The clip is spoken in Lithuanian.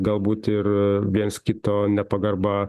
galbūt ir viens kito nepagarba